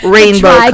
Rainbow